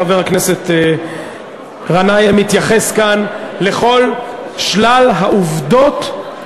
חבר הכנסת גנאים התייחס כאן לכל שלל העובדות,